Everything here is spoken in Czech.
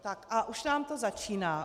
Tak, a už nám to začíná.